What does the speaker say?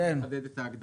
אז אנחנו נחדד את ההגדרה.